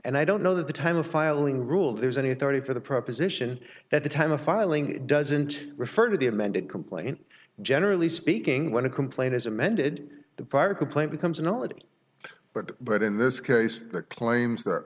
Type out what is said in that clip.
and i don't know that the time of filing rule there's any authority for the proposition at the time of filing it doesn't refer to the amended complaint generally speaking when a complaint is amended the prior complaint becomes knowledge but but in this case the claims that